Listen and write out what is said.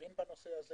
מבין בנושא הזה